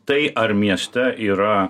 tai ar mieste yra